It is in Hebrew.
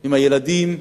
הם הילדים,